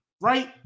right